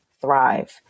thrive